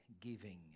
giving